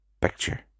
picture